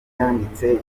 yanditse